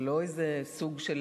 ולא איזה סוג של